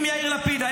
אם יאיר לפיד היה,